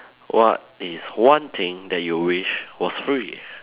what is one thing that you wish was free